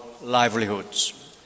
livelihoods